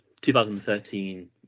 2013